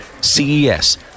CES